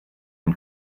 und